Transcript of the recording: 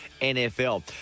NFL